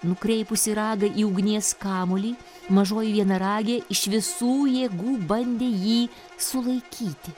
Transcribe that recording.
nukreipusi ragą į ugnies kamuolį mažoji vienaragė iš visų jėgų bandė jį sulaikyti